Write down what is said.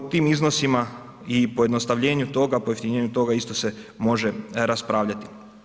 O tim iznosima i pojednostavljenju toga, pojeftinjenju toga isto se može raspravljati.